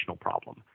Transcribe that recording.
problem